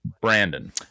brandon